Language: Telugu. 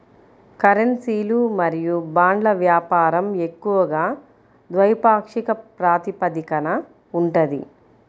కరెన్సీలు మరియు బాండ్ల వ్యాపారం ఎక్కువగా ద్వైపాక్షిక ప్రాతిపదికన ఉంటది